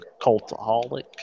Cultaholic